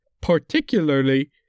Particularly